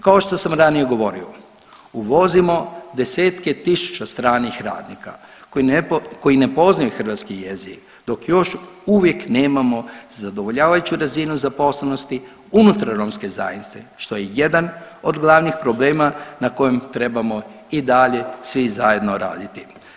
Kao što sam ranije govorio uvozimo desetke tisuća stranih radnika koji ne poznaju hrvatski jezik dok još uvijek nemamo zadovoljavajuću razinu zaposlenosti unutar romske zajednice što je jedan od glavnih problema na kojem trebamo i dalje svi zajedno raditi.